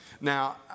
Now